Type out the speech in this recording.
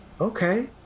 Okay